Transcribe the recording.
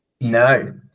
no